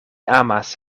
amas